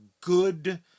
good